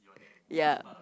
ya